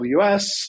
AWS